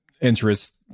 interest